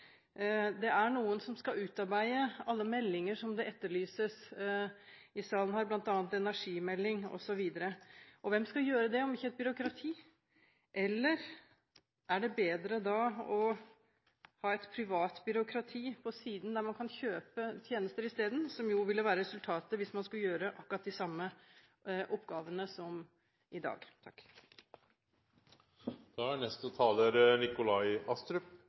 Det er noen som skal utarbeide alle meldinger som etterlyses i salen her, bl.a. energimelding osv. Hvem skal gjøre det om ikke et byråkrati? Eller er det bedre å ha et privat byråkrati på siden, der man kan kjøpe tjenester isteden? Det ville jo være resultatet hvis man skulle gjøre akkurat de samme oppgavene som i dag.